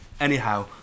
anyhow